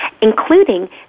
including